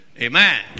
Amen